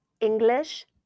English